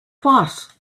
what